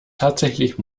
tatsächlich